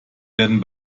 werden